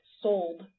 sold